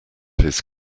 his